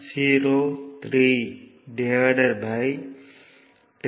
888 53